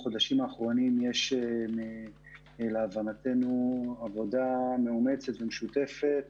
בחודשים האחרונים יש להבנתנו עבודה מאומצת ומשותפת